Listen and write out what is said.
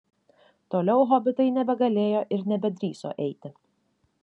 toliau hobitai nebegalėjo ir nebedrįso eiti